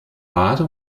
bade